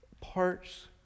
parts